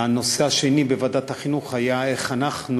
הנושא השני בוועדת החינוך היה איך אנחנו